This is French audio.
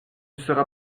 sera